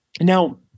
Now